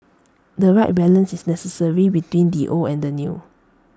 the right balance is necessary between the old and the new